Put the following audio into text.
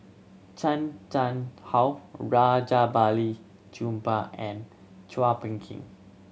Chan Chang How Rajabali Jumabhoy and Chua Phung Kim